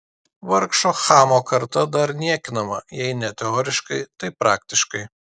vargšo chamo karta dar niekinama jei ne teoriškai tai praktiškai